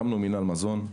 הקמנו מינהל מזון.